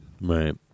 Right